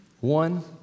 One